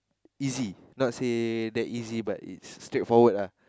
easy not say that easy but it's straightforward ah